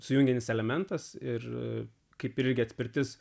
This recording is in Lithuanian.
sujungiantis elementas ir kaip irgi atspirtis